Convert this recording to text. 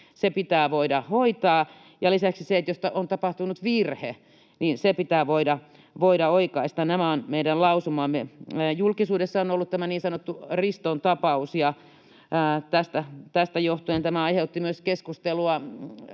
se pitää voida hoitaa — ja lisäksi, jos on tapahtunut virhe, se pitää voida oikaista. Nämä ovat meidän lausumamme. Julkisuudessa on ollut tämä niin sanottu Riston tapaus, ja tämä aiheutti myös